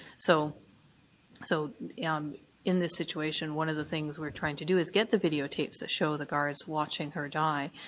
so so in um in this situation one of the things we're trying to do is get the videotapes that show the guards watching her die.